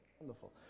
wonderful